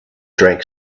drank